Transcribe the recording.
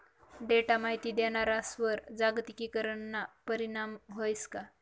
Data माहिती देणारस्वर जागतिकीकरणना परीणाम व्हस का?